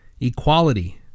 equality